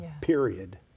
period